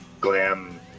glam